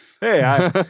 Hey